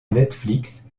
netflix